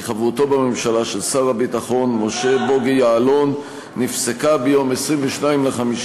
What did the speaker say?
כי חברותו בממשלה של שר הביטחון משה בוגי יעלון נפסקה ביום 22 במאי